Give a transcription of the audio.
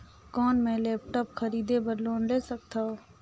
कौन मैं लेपटॉप खरीदे बर लोन ले सकथव?